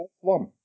one